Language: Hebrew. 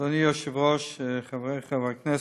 אדוני היושב-ראש, חבריי חברי הכנסת,